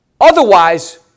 Otherwise